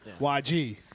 YG